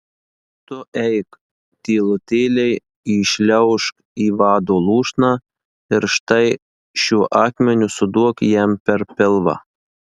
tu eik tylutėliai įšliaužk į vado lūšną ir štai šiuo akmeniu suduok jam per pilvą